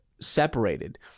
separated